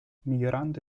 migliorando